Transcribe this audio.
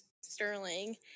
Sterling